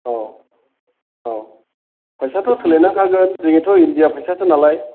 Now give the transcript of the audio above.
औ औ फैसायाथ' सोलायनांखागोन जोंनियाथ' इण्डियानि फैसासो नालाय